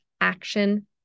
action